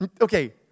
Okay